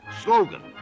slogan